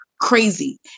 crazy